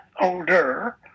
older